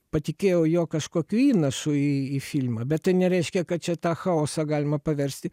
patikėjau jo kažkokiu įnašu į filmą bet tai nereiškia kad čia tą chaosą galima paversti